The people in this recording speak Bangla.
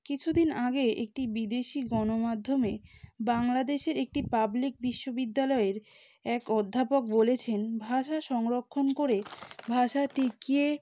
কিছু দিন আগে একটি বিদেশী গণমাধ্যমে বাংলাদেশের একটি পাবলিক বিশ্ববিদ্যালয়ের এক অধ্যাপক বলেছেন ভাষা সংরক্ষণ করে ভাষা টিকিয়ে